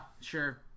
Sure